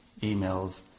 emails